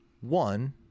one